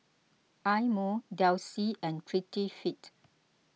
Eye Mo Delsey and Prettyfit